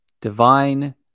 divine